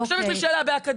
עכשיו יש לי שאלה באחוזים,